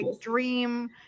dream